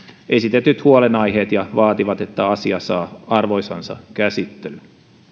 esitetyt huolenaiheet ja vaativat että asia saa arvoisensa käsittelyn